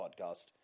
podcast